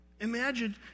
Imagine